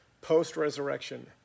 post-resurrection